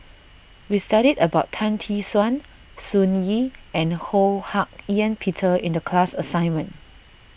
we studied about Tan Tee Suan Sun Yee and Ho Hak Ean Peter in the class assignment